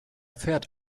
fährt